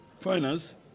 Finance